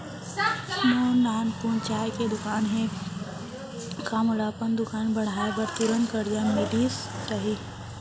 मोर नानकुन चाय के दुकान हे का मोला अपन दुकान बढ़ाये बर तुरंत करजा मिलिस जाही?